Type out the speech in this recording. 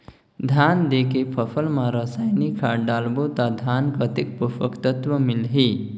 धान देंके फसल मा रसायनिक खाद डालबो ता धान कतेक पोषक तत्व मिलही?